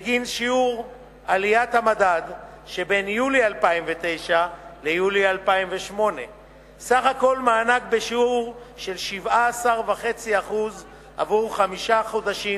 בגין שיעור עליית המדד שבין יולי 2009 ליולי 2008. סך הכול מענק בשיעור 17.5% עבור חמישה חודשים,